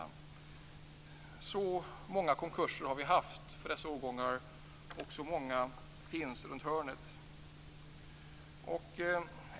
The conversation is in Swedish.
Det var varit så många konkurser för dessa årgångar, och så många finns runt hörnet.